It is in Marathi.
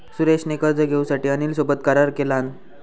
सुरेश ने कर्ज घेऊसाठी अनिल सोबत करार केलान